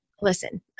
listen